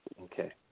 Okay